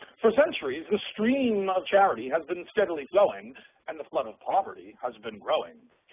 for centuries the stream of charity has been steadily flowing and the flood of poverty has been growing,